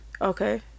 Okay